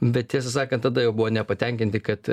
bet tiesą sakant tada jau buvo nepatenkinti kad